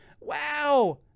wow